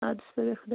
اَدٕ سا بیٚہہ خۅدا